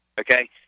Okay